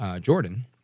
Jordan